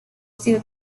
still